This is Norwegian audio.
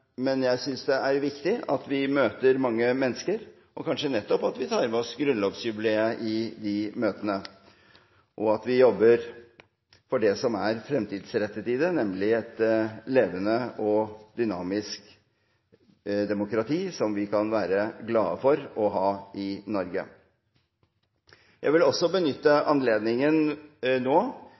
men jeg synes det er viktig at vi møter mange mennesker, og at vi kanskje nettopp tar med oss grunnlovsjubileet i disse møtene og jobber for det som er fremtidsrettet i det, nemlig et levende og dynamisk demokrati, som vi kan være glad for å ha i Norge. Jeg vil også benytte anledningen nå